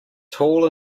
tall